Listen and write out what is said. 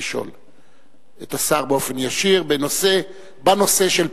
לשאול את השר באופן ישיר בנושא פורים.